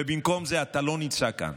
ובמקום זה אתה לא נמצא כאן.